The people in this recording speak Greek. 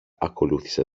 ακολούθησε